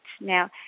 Now